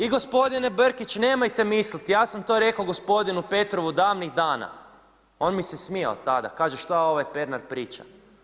I gospodin Brkić, nemojte misliti, ja sam to rekao gospodinu Petrovu davnih dana, on mi se smijao tada kaže šta ovaj Pernar Priča.